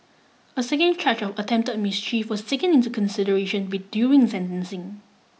a second charge of attempted mischief was taken into consideration during sentencing